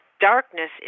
darkness